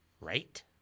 right